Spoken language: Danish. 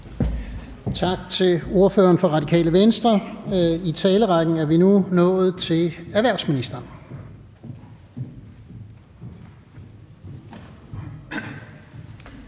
Tak til ordføreren for Radikale Venstre. I talerrækken er vi nu nået til erhvervsministeren.